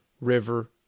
river